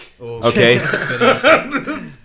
Okay